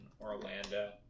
orlando